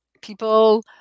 People